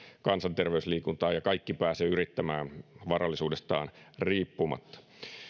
kansanterveysliikuntaa ja jos eivät kaikki pääse yrittämään varallisuudestaan riippumatta